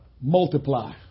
multiply